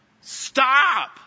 stop